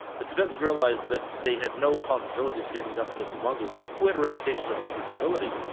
the tibetans realised that they had no possibility of standing up against the mongols, who had a reputation of invincibility.